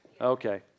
Okay